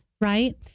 right